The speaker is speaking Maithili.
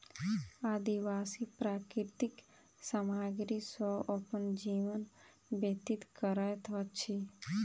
आदिवासी प्राकृतिक सामग्री सॅ अपन जीवन व्यतीत करैत अछि